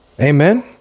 Amen